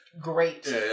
Great